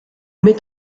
met